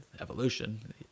evolution